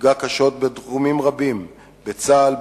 נפגע קשות בתחומים רבים: בצה"ל,